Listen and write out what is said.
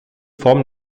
form